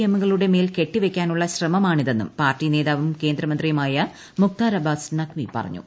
എമ്മുകളുടെ മേൽ കെട്ടിവയ്ക്കാനുള്ള ശ്രമമാണിതെന്നും പാർട്ടി നേതാവും കേന്ദ്രമന്ത്രിയുമായ മുക്താർ ആഞ്ചാസ് നഖ്വി പറഞ്ഞു